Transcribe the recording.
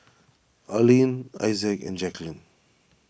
Allene Issac and Jacklyn